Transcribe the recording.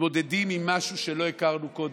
מתמודדים עם משהו שלא הכרנו קודם.